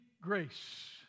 grace